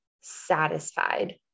satisfied